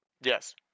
Yes